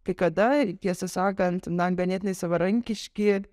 kai kada tiesą sakant na ganėtinai savarankiški